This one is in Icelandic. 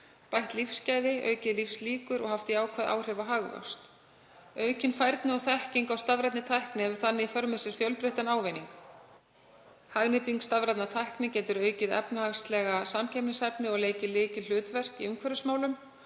bætt lífsgæði, aukið lífslíkur og haft jákvæð áhrif á hagvöxt. Aukin færni og þekking á stafrænni tækni hefur þannig í för með sér fjölbreyttan ávinning. Hagnýting stafrænnar tækni getur aukið efnahagslega samkeppnishæfni og leikið lykilhlutverk í umhverfismálum